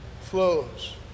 flows